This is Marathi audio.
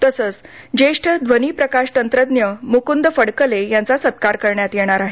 तसेच ज्येष्ठ ध्वनी प्रकाश तंत्रज्ञ मुकुंद फडकले यांचा सत्कार करण्यात येणार आहे